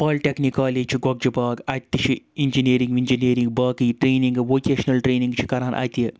polytechnic college چھِ گۄگجہِ با اَتہِ تہِ چھِ اِنجیٖنیٔرِنٛگ ونجینٔرِنٛگ باقٕے ٹرینِنٛگ ووکیشنَل ٹرینِنٛگ چھِ کَران اَتہِ